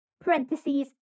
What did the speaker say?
parentheses